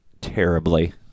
Terribly